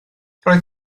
roedd